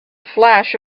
flash